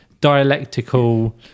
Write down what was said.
dialectical